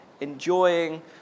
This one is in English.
enjoying